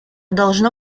должно